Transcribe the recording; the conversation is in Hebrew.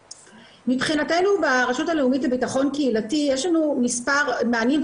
מבחינתנו ברשות הלאומית לבטחון קהילתי יש לנו מספר מענים,